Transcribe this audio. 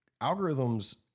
algorithms